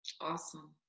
Awesome